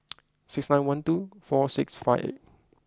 six nine one two four six five eight